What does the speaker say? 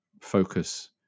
focus